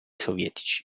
sovietici